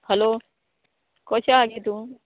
hello कशें आगे तूं